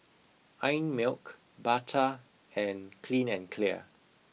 Einmilk Bata and Clean and Clear